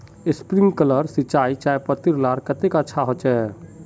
Sprinkler सिंचाई चयपत्ति लार केते अच्छा होचए?